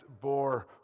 bore